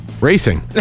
racing